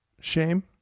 shame